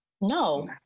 No